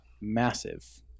Massive